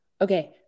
Okay